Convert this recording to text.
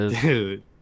dude